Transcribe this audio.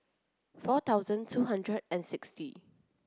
four thousand two hundred and sixty